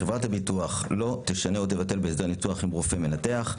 חברת הביטוח לא תשנה או תבטל בהסדר ניתוח עם רופא מנתח,